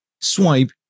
Swipe